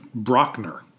Brockner